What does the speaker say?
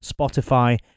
Spotify